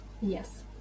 yes